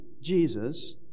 Jesus